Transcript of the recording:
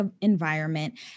environment